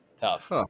Tough